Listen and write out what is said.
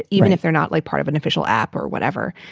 even if they're not like part of an official app or whatever.